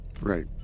right